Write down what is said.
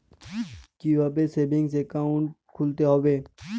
কীভাবে savings account খুলতে হবে?